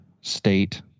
State